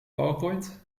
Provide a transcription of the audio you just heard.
powerpoint